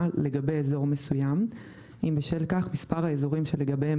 לגבי אזור מסוים אם בשל כך מספר האזורים שלגביהם